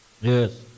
Yes